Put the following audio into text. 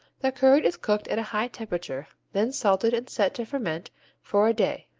the curd is cooked at a high temperature, then salted and set to ferment for a day.